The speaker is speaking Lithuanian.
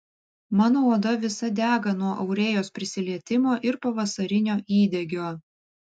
mano oda visa dega nuo aurėjos prisilietimo ir pavasarinio įdegio